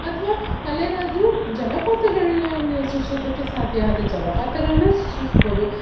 ಅಥವ ಅಲ್ಲೇನಾದರು ಜಲಪಾತಗಳನ್ನ ನೀವು ಸೃಷ್ಟಿಸೋದಕ್ಕೆ ಸಾಧ್ಯ ಆದರೆ ಜಲಪಾತಗಳನ್ನೆ ಸೃಷ್ಟಿಸ್ಬೋದು